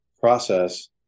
process